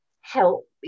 help